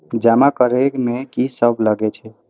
जमा करे में की सब लगे छै?